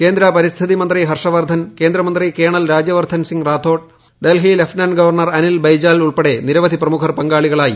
കേന്ദ്ര പരിസ്ഥിത്ി ് മന്തി ഹർഷവർദ്ധൻ കേന്ദ്രമന്ത്രി colonel Rajyavardhan Rathore Delhi lieutenant governor Anil Baijal ഉൾപ്പെടെ നിരവധി പ്രമുഖർ പങ്കാളികളായി